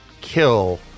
kill